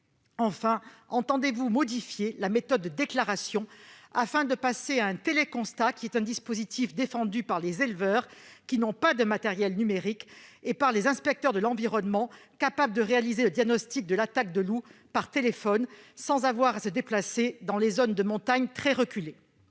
d'État, entendez-vous modifier la méthode de déclaration afin de passer à un téléconstat, dispositif défendu tant par les éleveurs, qui n'ont pas tous de matériel numérique, que par les inspecteurs de l'environnement, capables de réaliser le diagnostic de l'attaque par téléphone sans avoir à se déplacer dans des zones de montagne très reculées